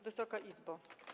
Wysoka Izbo!